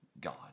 God